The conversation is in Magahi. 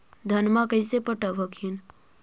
धन्मा कैसे पटब हखिन?